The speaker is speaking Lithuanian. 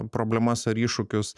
problemas ar iššūkius